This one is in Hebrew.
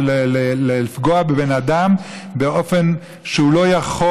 או לפגוע בבן אדם באופן שהוא לא יכול